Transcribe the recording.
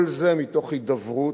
כל זה מתוך הידברות,